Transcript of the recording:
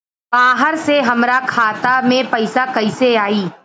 बाहर से हमरा खाता में पैसा कैसे आई?